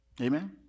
Amen